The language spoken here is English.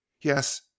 Yes